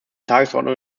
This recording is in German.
tagesordnung